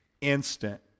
instant